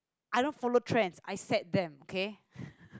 I don't follow trends I set them okay